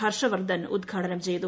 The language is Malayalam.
ഹർഷ്വർദ്ധൻ ഉദ്ഘാടനം ചെയ്തു